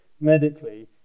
medically